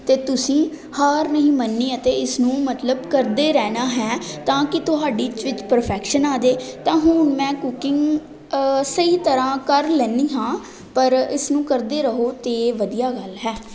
ਅਤੇ ਤੁਸੀਂ ਹਾਰ ਨਹੀਂ ਮੰਨਣੀ ਅਤੇ ਇਸ ਨੂੰ ਮਤਲਬ ਕਰਦੇ ਰਹਿਣਾ ਹੈ ਤਾਂ ਕਿ ਤੁਹਾਡੀ ਵਿੱਚ ਪ੍ਰਫੈਕਸ਼ਨ ਆ ਜਾਵੇ ਤਾਂ ਹੁਣ ਮੈਂ ਕੁਕਿੰਗ ਸਹੀ ਤਰ੍ਹਾਂ ਕਰ ਲੈਂਦੀ ਹਾਂ ਪਰ ਇਸਨੂੰ ਕਰਦੇ ਰਹੋ ਤਾਂ ਵਧੀਆ ਗੱਲ ਹੈ